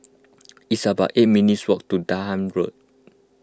it's about eight minutes' walk to Durham Road